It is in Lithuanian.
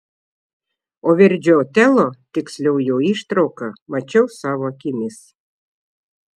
o verdžio otelo tiksliau jo ištrauką mačiau savo akimis